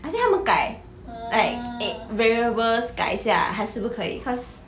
I think 他们改 like eh variables 改一下还是不可以 cause